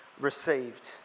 received